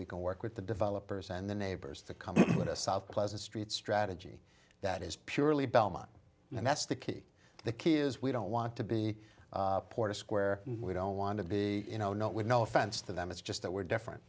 we can work with the developers and the neighbors to come up with a south pleasant street strategy that is purely belmont and that's the key the key is we don't want to be porter square and we don't want to be you know not with no offense to them it's just that we're different